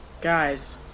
guys